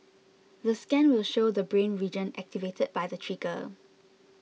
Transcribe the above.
the scan will show the brain region activated by the trigger